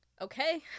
Okay